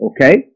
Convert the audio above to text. Okay